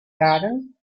garden